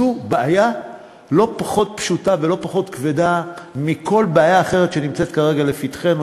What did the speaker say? זו בעיה לא יותר פשוטה ולא פחות כבדה מכל בעיה אחרת שנמצאת כרגע לפתחנו,